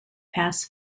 pass